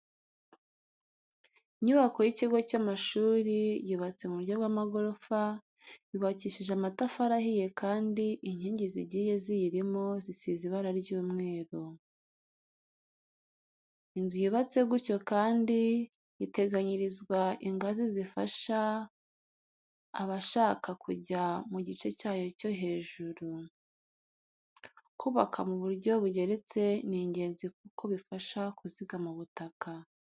Inyubako y'ikigo cy'amashuri yubatse mu buryo bw'amagorofa, yubakishije amatafari ahiye kandi inkingi zigiye ziyirimo zisize ibara ry'umweru. Inzu yubatse gutyo kandi iteganyirizwa ingazi zifasha abashaka kujya mu gice cyayo cyo hejuru. Kubaka mu buryo bugeretse ni ingenzi kuko bifasha kuzigama ubutaka.